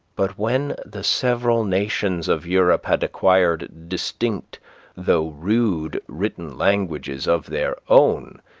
but when the several nations of europe had acquired distinct though rude written languages of their own,